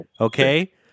Okay